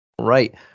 right